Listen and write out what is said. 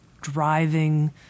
driving